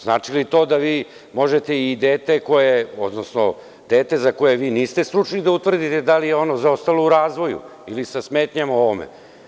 Znači li to da vi možete i dete koje, odnosno, dete za koje vi niste stručni da utvrdite da li je ono zaostalo u razvoju ili sa smetnjama u ovome?